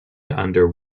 under